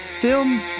film